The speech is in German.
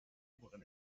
oberen